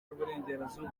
n’uburengerazuba